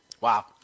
Wow